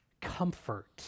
comfort